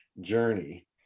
journey